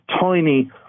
tiny